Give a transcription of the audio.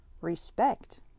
Respect